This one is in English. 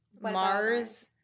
Mars